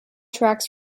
tracks